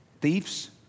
Thieves